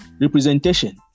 representation